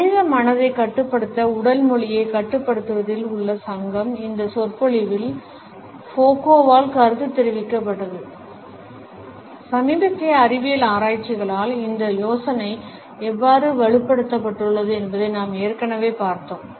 மனித மனதைக் கட்டுப்படுத்த உடல் மொழியைக் கட்டுப்படுத்துவதில் உள்ள சங்கம் இந்த சொற்பொழிவில் ஃபோக்கோவால் கருத்துத் தெரிவிக்கப்பட்டுள்ளது சமீபத்திய அறிவியல் ஆராய்ச்சிகளால் இந்த யோசனை எவ்வாறு வலுப்படுத்தப்பட்டுள்ளது என்பதை நாம் ஏற்கனவே பார்த்தோம்